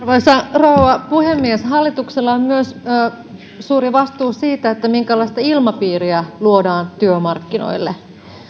rouva puhemies hallituksella on myös suuri vastuu siitä minkälaista ilmapiiriä luodaan työmarkkinoille